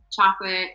chocolate